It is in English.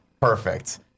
Perfect